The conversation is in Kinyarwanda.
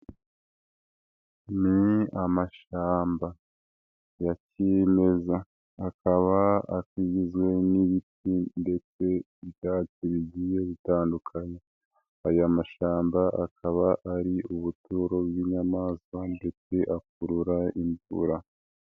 Ni amashyamba ya kimeza, akaba agizwe n'ibiti ndetse ibyatsi bigiye bitandukanye, aya mashyamba akaba ari ubuturo bw'inyamaswa ndetse akurura imvura.